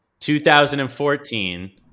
2014